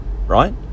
right